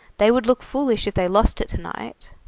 they would look foolish if they lost it to-night.